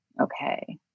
okay